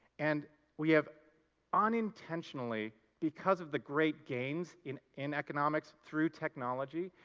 and we have unintentionally, because of the great gains in in economics through technology,